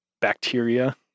bacteria